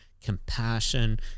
compassion